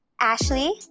Ashley